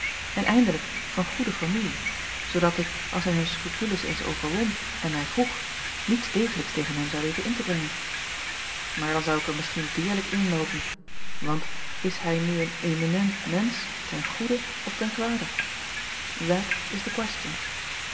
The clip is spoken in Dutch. en eindelijk van goede familie zoodat ik als hij zijn scrupules eens overwon en mij vroeg niets degelijks tegen hem zou weten in te brengen aar dan zou ik er misschien deerlijk inloopen want is hij nu een éminent mensch ten goede of ten kwade that is the